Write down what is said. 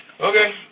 Okay